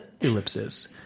Ellipsis